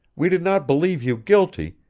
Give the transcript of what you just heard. we did not believe you guilty,